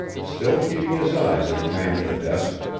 still keeping his eyes on the man at the desk,